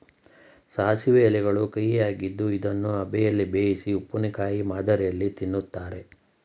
ಸಾಸಿವೆ ಎಲೆಗಳು ಕಹಿಯಾಗಿದ್ದು ಇದನ್ನು ಅಬೆಯಲ್ಲಿ ಬೇಯಿಸಿ ಉಪ್ಪಿನಕಾಯಿ ಮಾದರಿಯಲ್ಲಿ ತಿನ್ನುತ್ತಾರೆ